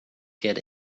get